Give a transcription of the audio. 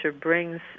brings